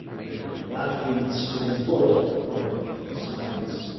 with latvians spilling blood on both sides.